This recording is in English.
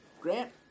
Grant